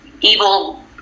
evil